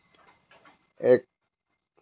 এক